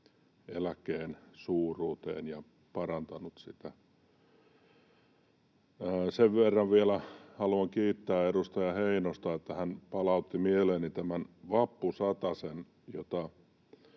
eläkkeen suuruuteen ja parantanut sitä. Sen verran vielä haluan kiittää edustaja Heinosta, että hän palautti mieleeni tämän vappusatasen, jota